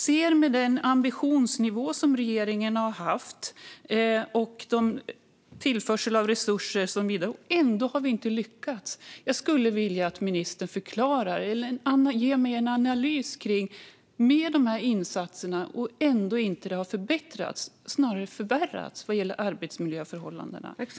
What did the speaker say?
Kan ministern ge mig en analys av varför arbetsmiljöförhållandena trots höjd ambitionsnivå och resurstillförsel inte har förbättrats utan snarare förvärrats?